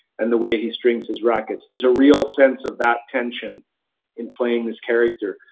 and the way he strings his rackets. there's a real sense of that tension in playing this character.